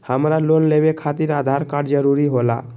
हमरा लोन लेवे खातिर आधार कार्ड जरूरी होला?